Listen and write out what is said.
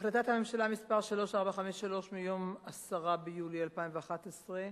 החלטת הממשלה מס' 3453, מיום 10 ביולי 2011,